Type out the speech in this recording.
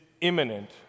imminent